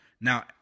Now